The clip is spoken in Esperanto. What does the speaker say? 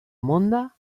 monda